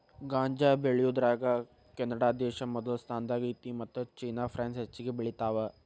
ಗಾಂಜಾ ಬೆಳಿಯುದರಾಗ ಕೆನಡಾದೇಶಾ ಮೊದಲ ಸ್ಥಾನದಾಗ ಐತಿ ಮತ್ತ ಚೇನಾ ಪ್ರಾನ್ಸ್ ಹೆಚಗಿ ಬೆಳಿತಾವ